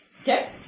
Okay